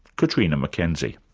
catriona mackenzie.